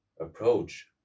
approach